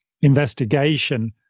investigation